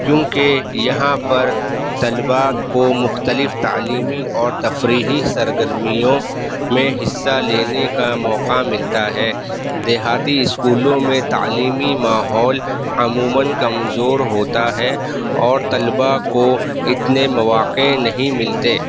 کیونکہ یہاں پر طلباء کو مختلف تعلیمی اور تفریحی سرگرمیوں میں حصہ لینے کا موقع ملتا ہے دیہاتی اسکولوں میں تعلیمی ماحول عموماً کمزور ہوتا ہے اور طلباء کو اتنے مواقع نہیں ملتے